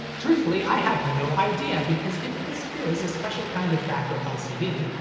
truthfully, i have no idea because if this is a special kind of backlit lcd,